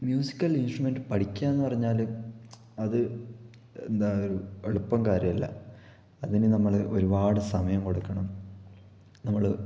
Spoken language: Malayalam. മ്യൂസിക്കല് ഇന്സ്ട്രമെന്റ് പഠിക്കുക എന്ന് പറഞ്ഞാല് അത് എന്താ ഒരു എളുപ്പം കാര്യമല്ല അതിന് നമ്മളൊരുപാട് സമയം കൊടുക്കണം നമ്മള്